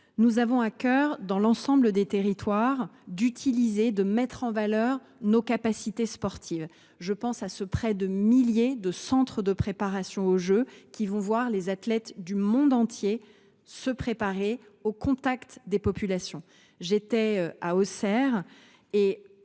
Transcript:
Nous avons à cœur, dans l’ensemble des territoires, d’utiliser et de mettre en valeur nos capacités sportives. Je pense aux près de mille centres de préparation aux Jeux qui verront les athlètes du monde entier s’entraîner au contact des populations. J’étais récemment